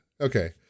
Okay